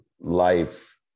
life